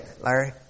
Larry